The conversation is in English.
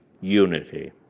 unity